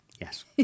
Yes